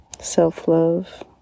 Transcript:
self-love